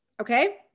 Okay